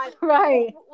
right